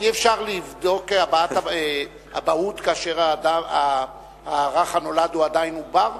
אי-אפשר לבדוק אבהות כאשר הרך הנולד הוא עדיין עובר?